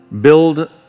build